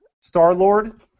Star-Lord